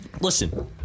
Listen